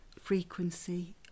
frequency